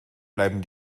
bleiben